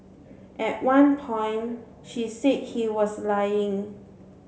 at one point she said he was lying